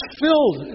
filled